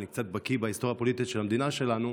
אבל אני קצת בקי בהיסטוריה הפוליטית של המדינה שלנו,